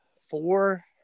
Four